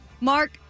Mark